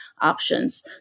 options